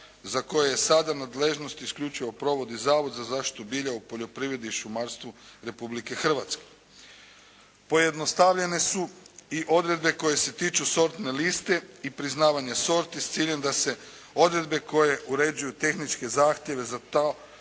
za koje je sada nadležnost isključivo provodi Zavod za zaštitu bilja u poljoprivredi i šumarstvu Republike Hrvatske. Pojednostavljene su i odredbe koje se tiču sortne liste i priznavanja sorti s ciljem da se odredbe koje uređuju tehničke zahtjeve za to